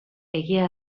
egia